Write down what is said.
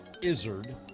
Izzard